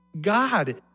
God